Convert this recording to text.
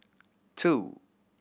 two